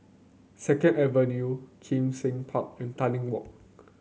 Second Avenue Kim Seng Park and Tanglin Walk